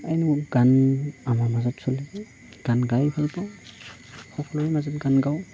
আৰু ইনেও গান আমাৰ মাজত চলি থাকে গান গাই ভালপাওঁ সকলোৰে মাজতে গান গাওঁ